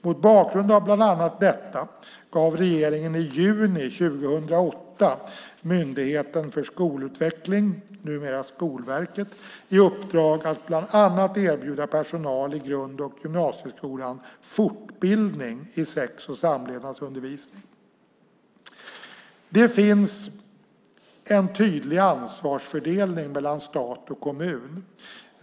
Mot bakgrund av bland annat detta gav regeringen i juni 2008 Myndigheten för skolutveckling i uppdrag att bland annat erbjuda personal i grund och gymnasieskolan fortbildning i sex och samlevnadsundervisning. Det finns en tydlig ansvarsfördelning mellan stat och kommun.